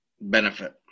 benefit